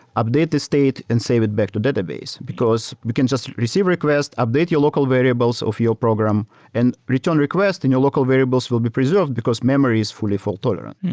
update the state and save it back to database, because we can just receive request, update your local variables of your program and return request and your local variables will be preserved because memory is fully fault tolerant.